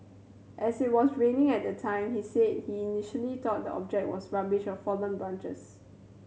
as it was raining at the time he said he initially thought the object was rubbish fallen branches